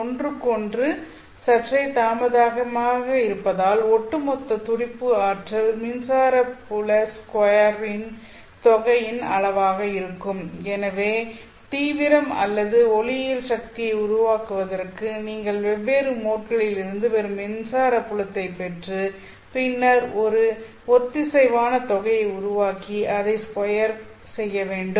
ஒன்றுக்கொன்று சற்றே தாமதமாக இருப்பதால் ஒட்டுமொத்த துடிப்பு ஆற்றல் மின்சார புல ஸ்கொயர் ன் தொகையின் அளவாக இருக்கும் எனவே தீவிரம் அல்லது ஒளியியல் சக்தியை உருவாக்குவதற்கு நீங்கள் வெவ்வேறு மோட்களிலிருந்து வரும் மின்சார புலத்தை பெற்று பின்னர் ஒரு ஒத்திசைவான தொகையை உருவாக்கி அதை ஸ்கொயர் வேண்டும்